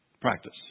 practice